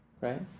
right